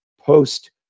post